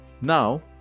Now